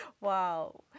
Wow